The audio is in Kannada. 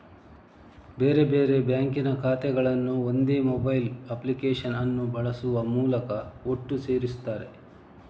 ಬೇರೆ ಬೇರೆ ಬ್ಯಾಂಕಿನ ಖಾತೆಗಳನ್ನ ಒಂದೇ ಮೊಬೈಲ್ ಅಪ್ಲಿಕೇಶನ್ ಅನ್ನು ಬಳಸುವ ಮೂಲಕ ಒಟ್ಟು ಸೇರಿಸ್ತಾರೆ